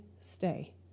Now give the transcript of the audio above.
stay